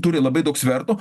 turi labai daug svertų